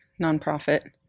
Nonprofit